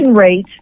rate